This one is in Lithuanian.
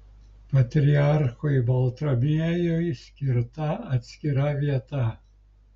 patriarchui baltramiejui skirta atskira vieta